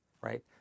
right